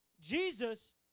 Jesus